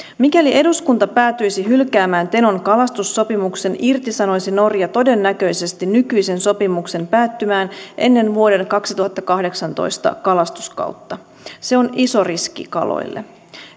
mikäli eduskunta päätyisi hylkäämään tenon kalastussopimuksen irtisanoisi norja todennäköisesti nykyisen sopimuksen päättymään ennen vuoden kaksituhattakahdeksantoista kalastuskautta se on iso riski kaloille